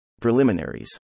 Preliminaries